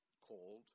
called